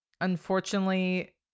unfortunately